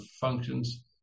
functions